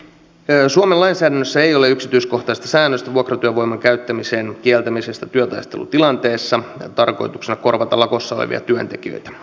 suomen lainsäädännössä ei ole yksityiskohtaista säännöstä vuokratyövoiman käyttämisen kieltämisestä työtaistelutilanteessa tarkoituksena korvata lakossa olevia työntekijöitä